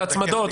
את ההצמדות,